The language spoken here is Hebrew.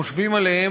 חושבים עליהם,